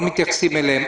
לא מתייחסים אליהם.